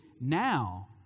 Now